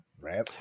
Right